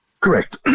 Correct